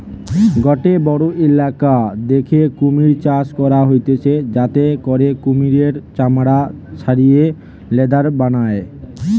গটে বড়ো ইলাকা দ্যাখে কুমির চাষ করা হতিছে যাতে করে কুমিরের চামড়া ছাড়িয়ে লেদার বানায়